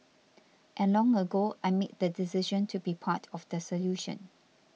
and long ago I made the decision to be part of the solution